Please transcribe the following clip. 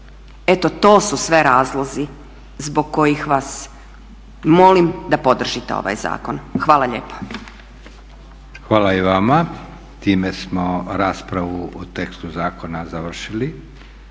Eto to su sve razlozi zbog kojih vas molim da podržite ovaj zakon. Hvala lijepa. **Leko, Josip (SDP)** Hvala i vama. Time smo raspravu o tekstu zakona završili.